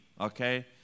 okay